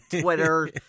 Twitter